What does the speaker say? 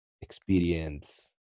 experience